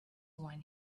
wine